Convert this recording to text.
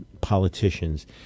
politicians